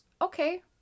okay